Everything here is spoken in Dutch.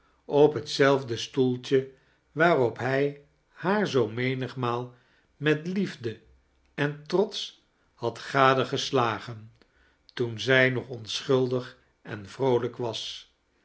ap hetzelfde stoeltje waarop hij haar zoo menigmaal met liefde en trots had gadegeslagen toen zij nog onschuldig en vroolijk was